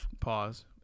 pause